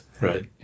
Right